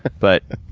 but,